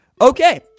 Okay